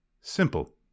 simple